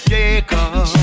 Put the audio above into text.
Jacob